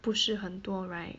不是很多 right